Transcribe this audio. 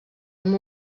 amb